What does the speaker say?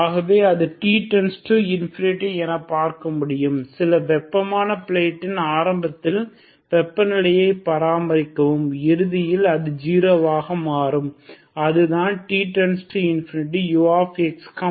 ஆகவே அது t→∞ என பார்க்க முடியும் சில வெப்பமான பிளேட்டின் ஆரம்பத்தில் வெப்பநிலையை பராமரிக்கவும் இறுதியில் அது 0 ஆக மாறும் அதுதான் t→∞ uxy∞0